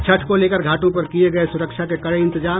छठ को लेकर घाटों पर किये गये सुरक्षा के कड़े इंतजाम